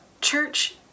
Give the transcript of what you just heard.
Church